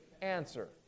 answer